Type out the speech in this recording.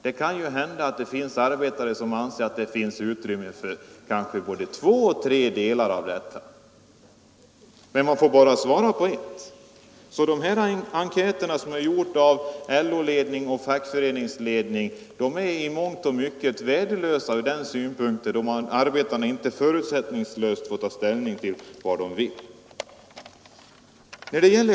Det kan ju hända att det finns arbetare som anser att det finns utrymme för både två och tre av dessa alternativ, men de får bara ange ett. Därför är de här enkäterna, som är utarbetade av LO-ledning och fackföreningsledning, i mångt och mycket värdelösa om arbetarna inte förutsättningslöst får ta ställning till vad de vill ha.